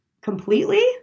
completely